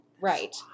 Right